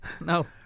no